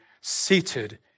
seated